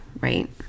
right